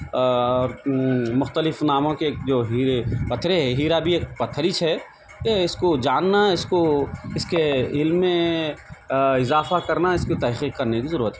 اور مختلف ناموں کے جو ہیرے پتھرے ہے ہیرا بھی ایک پتھریچ ہے یہ اس کو جاننا اس کو اس کے علم میں اضافہ کرنا اس کو تحقیق کرنے کی ضرورت ہے